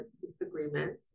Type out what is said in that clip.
disagreements